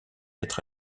être